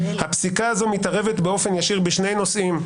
הפסיקה הזו מתערבת באופן ישיר בשני נושאים: